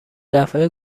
دفعه